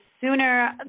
sooner